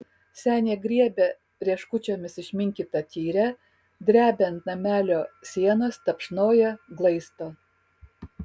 senė griebia rieškučiomis išminkytą tyrę drebia ant namelio sienos tapšnoja glaisto